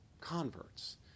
converts